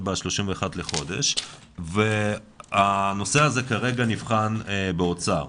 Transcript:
ב-31 לחודש והנושא הזה כרגע נבחן באוצר.